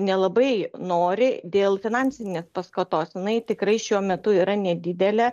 nelabai nori dėl finansinės paskatos jinai tikrai šiuo metu yra nedidelė